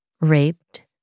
raped